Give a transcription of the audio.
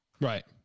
right